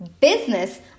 business